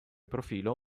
profilo